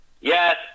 Yes